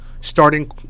starting